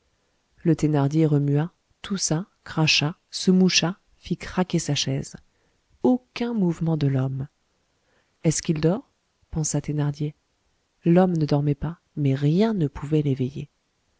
le thénardier remua toussa cracha se moucha fit craquer sa chaise aucun mouvement de l'homme est-ce qu'il dort pensa thénardier l'homme ne dormait pas mais rien ne pouvait l'éveiller